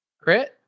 Crit